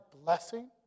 blessing